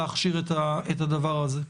להכשיר את הדבר הזה.